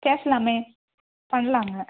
பேசுலாமே பண்ணலாங்க